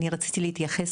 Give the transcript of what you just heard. אני רציתי להתייחס,